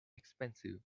expensive